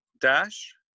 dash